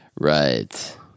Right